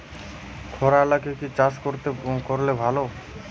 খরা এলাকায় কি চাষ করলে ভালো?